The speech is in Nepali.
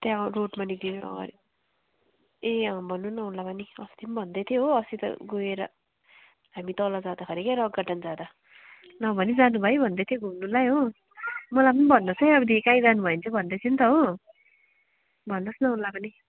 त्यहाँ रोडमा निक्लिनुअगाडि ए अँ भन्नु न उसलाई पनि अस्ति पनि भन्दैथियो हो अस्ति त गएर हामी तल जाँदाखेरि क्या रक गार्डन जाँदा नभनी जानुभयो भन्दैथियो घुम्नुलाई हो मलाई पनि भन्नुहोस् है अबदेखि कहीँ जानुभयो भने चाहिँ भन्दैथियो नि त हो भन्नुहोस् न उसलाई पनि